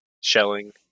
shelling